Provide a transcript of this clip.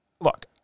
look